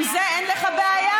עם זה אין לך בעיה.